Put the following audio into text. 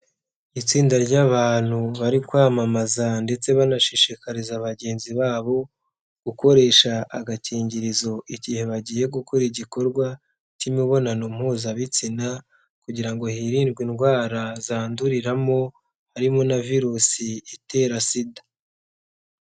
Itsinda ry'abantu bari kwamamaza ndetse banashishikariza bagenzi babo gukoresha agakingirizo igihe bagiye gukora igikorwa cy'imibonano mpuzabitsina kugira ngo hirind indwara zanduriramo harimo na virusi itera sida.